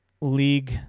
league